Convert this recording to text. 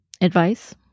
Advice